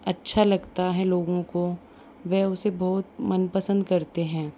अच्छा लगता है लोगों को वह उसे बहुत मनपसंद करते हैं